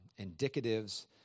indicatives